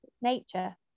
nature